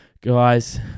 Guys